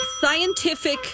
Scientific